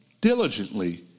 diligently